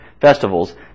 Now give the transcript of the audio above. festivals